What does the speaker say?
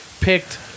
picked